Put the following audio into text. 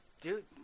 Dude